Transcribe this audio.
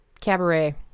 cabaret